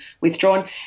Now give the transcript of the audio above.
withdrawn